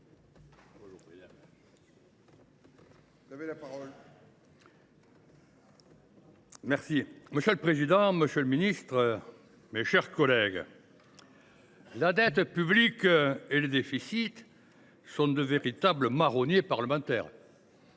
Monsieur le président, monsieur le ministre, mes chers collègues, la dette publique et le déficit sont de véritables marronniers parlementaires,